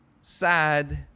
Sad